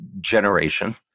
generation